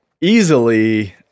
easily